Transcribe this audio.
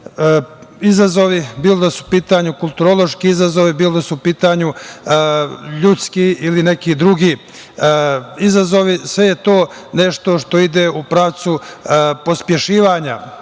izazovi, bilo da su u pitanju kulturološki izazovi, bilo da su u pitanju ljudski ili neki drugi izazovi, sve je to nešto što ide u pravcu pospešenja